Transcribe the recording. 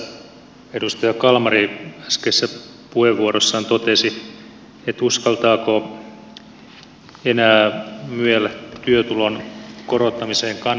tässä edustaja kalmari äskeisessä puheenvuorossaan totesi että uskaltaako enää myel työtulon korottamiseen kannustaakaan